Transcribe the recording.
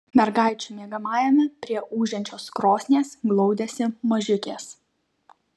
mergaičių miegamajame prie ūžiančios krosnies glaudėsi mažiukės